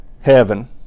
heaven